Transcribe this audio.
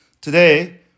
Today